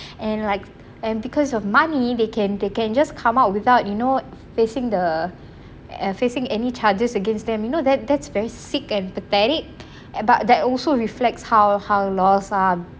and like and because of money they can they can just come out without you know facing the facing any charges against them you know that that's very sick and pathetic about that also reflects how how laws are